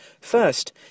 First